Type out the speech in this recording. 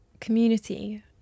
Community